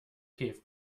cave